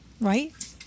right